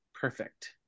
perfect